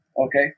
okay